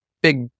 big